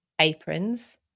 aprons